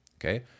okay